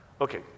Okay